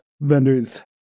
vendors